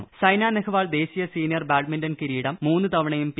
ക്ക്സ്ൻെന നെഹ്വാൾ ദേശീയ senior badminton കിര്യീട് മൂന്ന് തവണയും പി